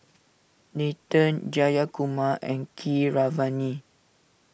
Nathan Jayakumar and Keeravani